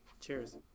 Cheers